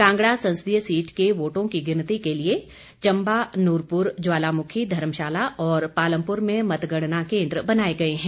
कांगड़ा संसदीय सीट के वोटों की गिनती के लिये चंबा नूरपुर ज्वालामुखी धर्मशाला और पालमपुर में मतगणना केंद्र बनाए गए हैं